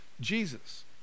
jesus